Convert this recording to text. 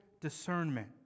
discernment